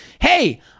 Hey